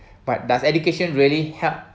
but does education really help